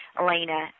Elena